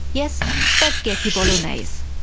yes, spaghetti bolognaise.